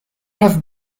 have